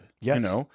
Yes